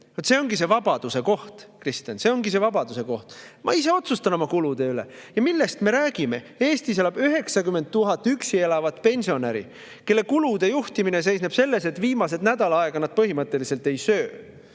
See ongi see vabaduse koht, Kristen. See ongi see vabaduse koht! Ma ise otsustan oma kulude üle. Ja millest me räägime? Eestis elab 90 000 üksi elavat pensionäri, kelle kulude juhtimine seisneb selles, et viimane nädal aega [enne pensionipäeva] nad põhimõtteliselt ei söö.